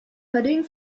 hurrying